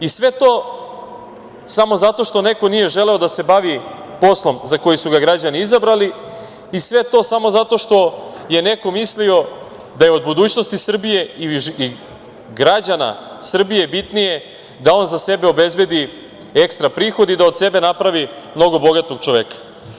I sve to samo zato što neko nije želeo da se bavi poslom za koji su ga građani izabrali i sve to samo zato što je neko mislio da je od budućnosti Srbije i građana Srbije bitnije da on za sebe obezbedi ekstra prihod i da od sebe napravi mnogo bogatog čoveka.